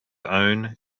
own